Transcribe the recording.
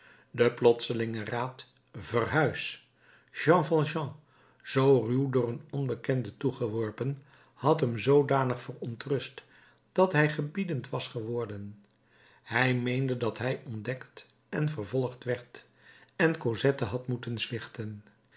de plotselinge raad verhuis jean valjean zoo ruw door een onbekende toegeworpen had hem zoodanig verontrust dat hij gebiedend was geworden hij meende dat hij ontdekt en vervolgd werd en cosette had moeten zwichten